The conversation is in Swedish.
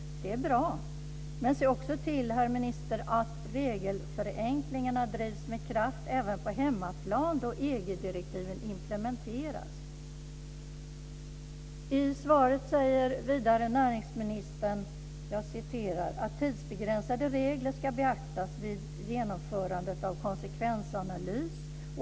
Det är bra. Men se också till, herr minister, att regelförenklingarna drivs med kraft även på hemmaplan då EG-direktiven implementeras. I svaret säger näringsministern vidare att tidsbegränsade regler "ska beaktas vid genomförandet av konsekvensanalys.